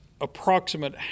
approximate